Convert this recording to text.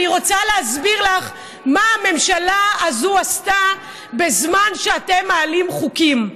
אני רוצה להסביר לך מה הממשלה הזאת עשתה בזמן שאתם מעלים חוקים,